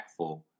impactful